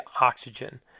oxygen